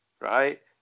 right